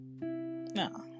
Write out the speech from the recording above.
no